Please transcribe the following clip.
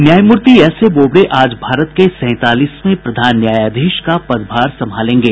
न्यायमूर्ति एसए बोबडे आज भारत के सैंतालीसवें प्रधान न्यायाधीश का पदभार संभालेंगे